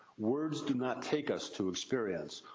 words do not take us to experience.